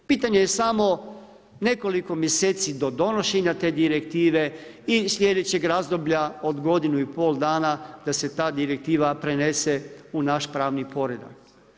Pitanje je samo nekoliko mjeseci do donošenja te direktive i sljedećeg razdoblja od godinu i pol dana da se ta direktiva prenese u naš pravni poredak.